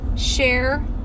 Share